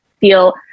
feel